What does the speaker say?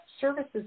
services